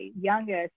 youngest